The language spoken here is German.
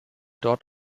dort